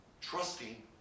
Trusting